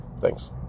Thanks